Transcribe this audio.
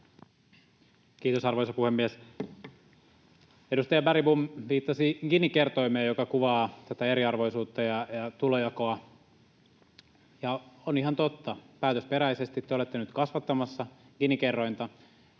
Kiitos, arvoisa puhemies! Edustaja Bergbom viittasi Gini-kertoimeen, joka kuvaa eriarvoisuutta ja tulonjakoa. On ihan totta, päätösperäisesti te olette nyt kasvattamassa Gini-kerrointa,